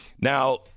Now